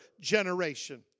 generation